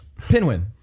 Pinwin